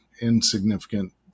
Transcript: Insignificant